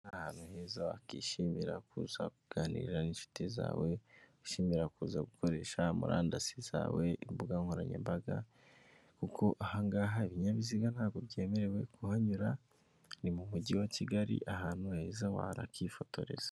Ni ahantu heza wakishimira kuza kuganira n'inshuti zawe, wakishimira kuza gukoresha murandasi zawe, imbuga nkoranyambaga kuko aha ngaha ibinyabiziga ntabwo byemerewe kuhanyura; ni mu mujyi wa Kigali ahantu heza wanakifotoreza.